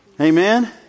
Amen